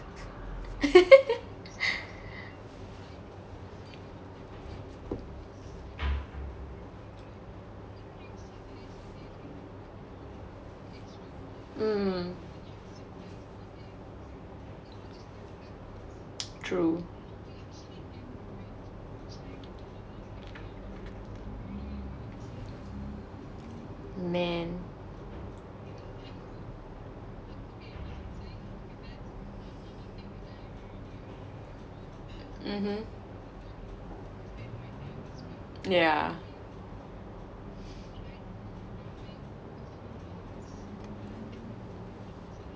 mm true man mmhmm yeah